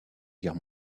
guerre